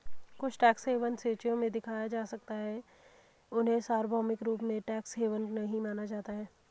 कुछ tax haven सूचियों में दिखाया जा सकता है, उन्हें सार्वभौमिक रूप से टैक्स हेवन नहीं माना जाता है